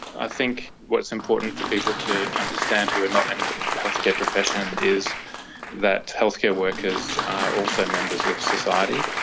i think what's important for people to understand who were not in the healthcare profession is that healthcare workers are also members of society,